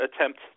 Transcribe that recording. attempt